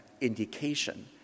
indication